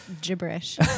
gibberish